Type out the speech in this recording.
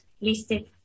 listed